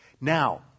Now